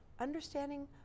understanding